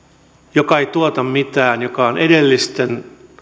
joka ei tuota mitään joka on edellisten